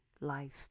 life